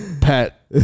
pet